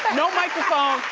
no microphone.